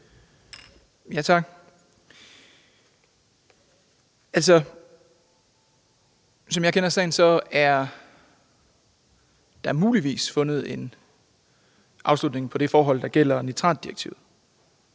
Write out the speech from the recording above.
(S): Tak. Altså, som jeg kender sagen, er der muligvis fundet en afslutning på det forhold, der gælder nitratdirektivet.